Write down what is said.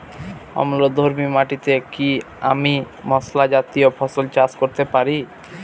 অম্লধর্মী মাটিতে কি আমি মশলা জাতীয় ফসল চাষ করতে পারি?